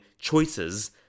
choices